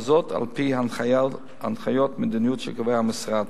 וזאת על-פי הנחיות ומדיניות שקובע המשרד.